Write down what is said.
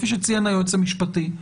כפי שציין היועץ המשפטי,